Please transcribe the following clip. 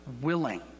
willing